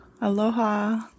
Aloha